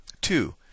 Two